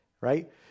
right